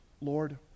lord